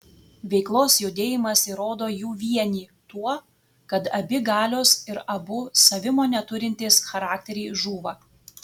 veikos judėjimas įrodo jų vienį tuo kad abi galios ir abu savimonę turintys charakteriai žūva